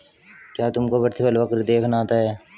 क्या तुमको प्रतिफल वक्र देखना आता है?